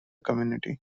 community